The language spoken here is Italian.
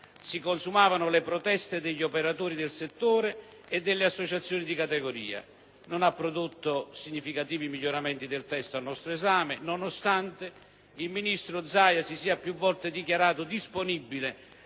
si consumavano le proteste degli operatori del settore e delle associazioni di categoria. Ciò non ha prodotto significativi miglioramenti del testo al nostro esame, nonostante il ministro Zaia abbia più volte dichiarato di essere